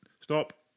Stop